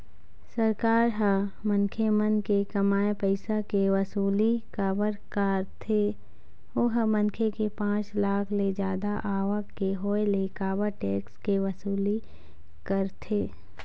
सरकार ह मनखे मन के कमाए पइसा के वसूली काबर कारथे ओहा मनखे के पाँच लाख ले जादा आवक के होय ले काबर टेक्स के वसूली करथे?